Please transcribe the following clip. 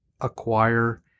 acquire